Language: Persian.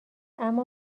اما